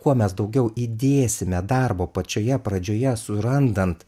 kuo mes daugiau įdėsime darbo pačioje pradžioje surandant